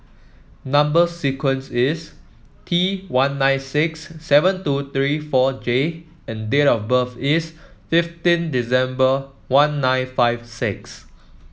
number sequence is T one nine six seven two three four J and date of birth is fifteen December one nine five six